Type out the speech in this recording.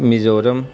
Mizoram